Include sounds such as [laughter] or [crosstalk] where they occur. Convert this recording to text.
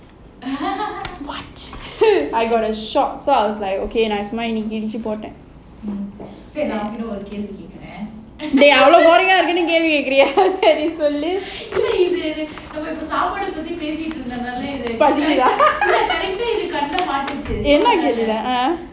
what I got a shock so I was like okay இடிச்சி போட்டேன்:idichi potaen [laughs] சரி நான் உங்கிட்ட ஒரு கேள்வி கேட்குறேன் இல்ல இது நம்ம இப்போ சாப்பாடு பத்தி பேசிட்டுருந்ததாலே கண்ணுல மாட்டுச்சி:sari naan unkita oru kelvi ketkuraen illa idhu namma ippo saapadu pathi pesitrunthathaala kannula maatichi ah